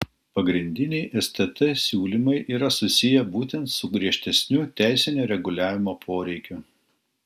pagrindiniai stt siūlymai yra susiję būtent su griežtesniu teisinio reguliavimo poreikiu